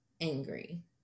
angry